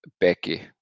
Becky